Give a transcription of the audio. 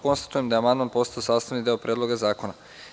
Konstatujem da je on postao sastavni deo Predloga zakona.